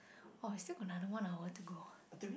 oh we still got another one hour to go